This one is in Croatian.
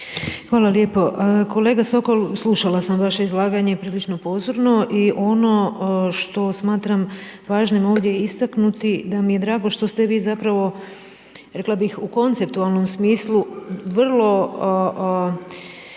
Hvala lijepo. Kolega Sokol, slušala sam vaše izlaganje prilično pozorno i ono što smatram važnim ovdje istaknuti je da mi je drago što ste vi zapravo rekla bih u konceptualnom smislu vrlo